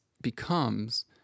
becomes